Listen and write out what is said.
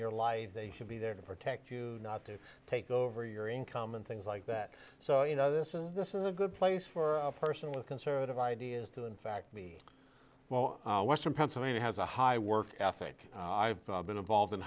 your life they should be there to protect you not to take over your income and things like that so you know this is this is a good place for a person with conservative ideas to in fact me well western pennsylvania has a high work ethic i've been involved in